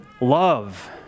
love